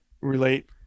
relate